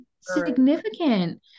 significant